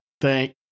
Thank